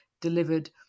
delivered